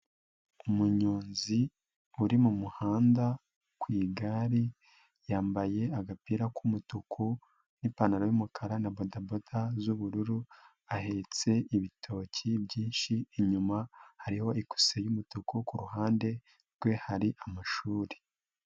Umunyonzi uri mu muhanda ku igare, yambaye agapira k'umutuku n'ipantaro y'umukara na bodaboda z'ubururu, ahetse ibitoki byinshi, inyuma hariho ikuse y'umutuku, ku ruhande rwe hari amashuri.